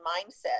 mindset